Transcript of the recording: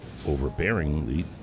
overbearingly